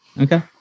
Okay